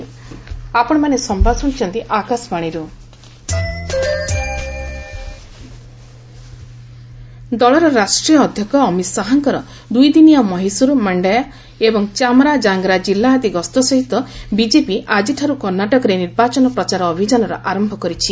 ଅମିତ୍ ଶାହା କର୍ଣ୍ଣାଟକ ଦଳର ରାଷ୍ଟ୍ରୀୟ ଅଧ୍ୟକ୍ଷ ଅମିତ୍ ଶାହାଙ୍କର ଦୁଇଦିନିଆ ମହୀଶୂର୍ ମାଣ୍ଡୟା ଏବଂ ଚାମରାଜାଙ୍ଗରା ଜିଲ୍ଲା ଆଦି ଗସ୍ତ ସହିତ ବିଜେପି ଆଜିଠାରୁ କର୍ଣ୍ଣାଟକରେ ନିର୍ବାଚନ ପ୍ରଚାର ଅଭିଯାନର ଆରମ୍ଭ କରିଛି